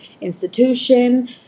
institution